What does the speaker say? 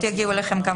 תודה רבה.